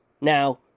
Now